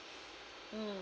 mm